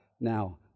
now